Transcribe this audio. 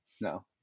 No